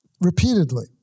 repeatedly